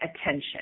attention